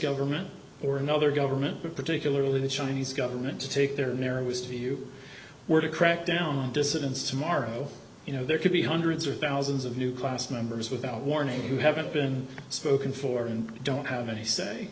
government or another government particularly the chinese government to take there was to you were to crackdown on dissidents tomorrow you know there could be hundreds or thousands of new class members without warning who haven't been spoken for and don't have any say